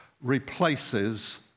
replaces